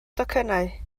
docynnau